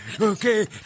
Okay